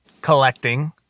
collecting